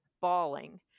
bawling